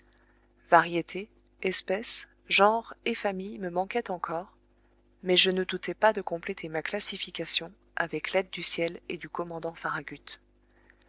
variété espèce genre et famille me manquaient encore mais je ne doutais pas de compléter ma classification avec l'aide du ciel et du commandant farragut